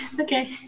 Okay